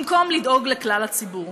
במקום לדאוג לכלל הציבור.